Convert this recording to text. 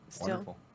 Wonderful